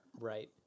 Right